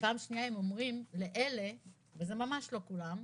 ופעם שנייה, הם אומרים לאלה, וזה ממש לא כולם,